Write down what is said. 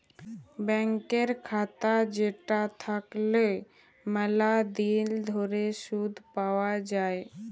ব্যাংকের খাতা যেটা থাকল্যে ম্যালা দিল ধরে শুধ পাওয়া যায়